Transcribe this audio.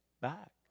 back